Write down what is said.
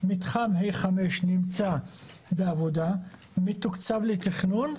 מתחם ה-5 נמצא בעבודה, מתוקצב לתכנון.